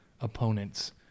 opponents